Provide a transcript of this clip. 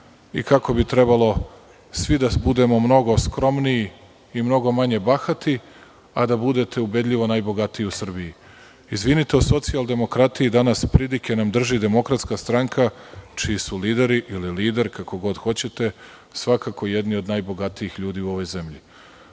i kako bi trebalo svi da budemo mnogo skromniji i mnogo manje bahati, a da budete ubedljivo najbogatiji u Srbiji. Izvinite, o socijaldemokratiji danas pridike nam drži danas DS čiji su lideri, ili lider, kako god hoćete, svakako jedni od najbogatijih ljudi u ovoj zemlji. Da